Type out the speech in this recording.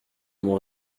mon